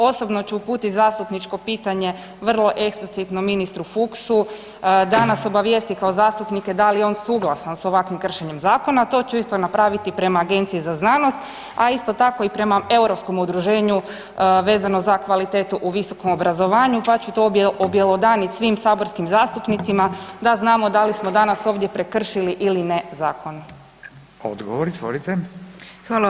Osobno ću uputit zastupničko pitanje vrlo eksplicitno ministru Fuchsu da nas obavijesti kao zastupnike da li je on suglasan sa ovakvim kršenjem zakona, a to ću isto napraviti prema Agenciji za znanost, a isto tako i prema Europskom udruženju vezano za kvalitetu u visokom obrazovanju pa ću to objelodanit svim saborskim zastupnicima da znamo da li smo danas ovdje prekršili ili ne zakon.